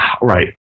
right